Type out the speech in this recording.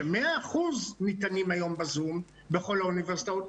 שניתנים היום 100% בזום בכל האוניברסיטאות,